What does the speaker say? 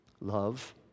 love